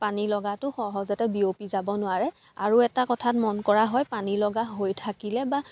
পানী লগাটো সহজতে বিয়পি যাব নোৱাৰে আৰু এটা কথাত মন কৰা হয় পানী লগা হৈ থাকিলে বা